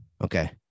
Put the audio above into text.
Okay